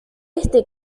este